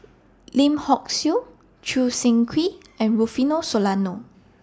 Lim Hock Siew Choo Seng Quee and Rufino Soliano